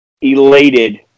elated